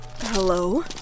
Hello